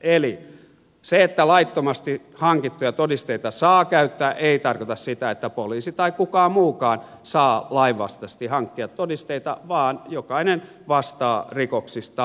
eli se että laittomasti hankittuja todisteita saa käyttää ei tarkoita sitä että poliisi tai kukaan muukaan saa lainvastaisesti hankkia todisteita vaan jokainen vastaa rikoksistaan